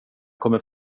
kommer